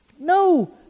No